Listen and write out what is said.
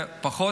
זה פחות